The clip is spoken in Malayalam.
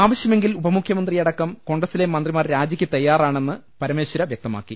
ആവശ്യമെങ്കിൽ ഉപമുഖ്യമന്ത്രിയടക്കം കോൺഗ്രസിലെ മന്ത്രി മാർ രാജിയ്ക്ക് തയ്യാറാണെന്ന് പരമേശ്വര വ്യക്തമാക്കി